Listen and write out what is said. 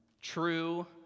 true